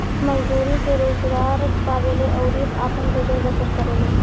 मजदूरी के रोजगार पावेले अउरी आपन गुजर बसर करेले